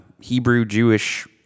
Hebrew-Jewish